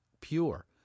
pure